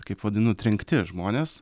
kaip vadinu trenkti žmonės